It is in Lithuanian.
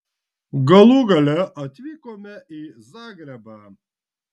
galų gale atvykome į zagrebą